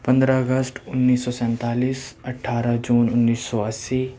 پندرہ اگست انیس سو سینتالیس اٹھارہ جون انیس سو اسی